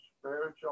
spiritual